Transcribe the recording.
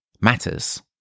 matters